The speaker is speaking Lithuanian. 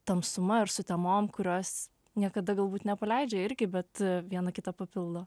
tamsuma ir sutemom kurios niekada galbūt nepaleidžia irgi bet viena kitą papildo